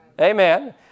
Amen